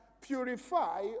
purify